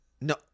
no